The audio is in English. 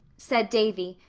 said davy,